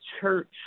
church